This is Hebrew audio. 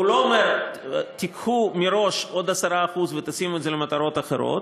הוא לא אומר: תיקחו מראש עוד 10% ותשימו את זה למטרות אחרות.